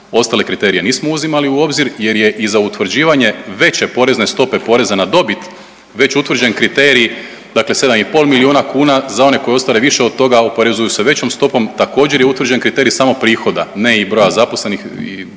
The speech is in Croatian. ostale kriterije nismo uzimali u obzir jer je i za utvrđivanje veće porezne stope poreza na dobit već utvrđen kriterij, dakle 7,5 milijuna kuna, za one koji ostvare više od toga oporezuju se većom stopom, također je utvrđen kriterij samo prihoda, ne i broja zaposlenih i